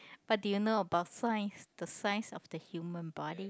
but do you know about science the science of the human body